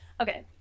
Okay